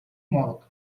магад